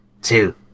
Two